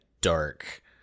dark